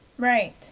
Right